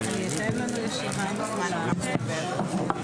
הישיבה ננעלה בשעה 11:00.